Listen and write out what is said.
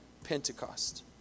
Pentecost